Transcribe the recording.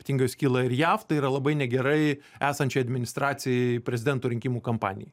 ypatingai jos kyla ir jav tai yra labai negerai esančiai administracijai prezidento rinkimų kampanijai